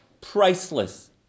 priceless